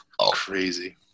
crazy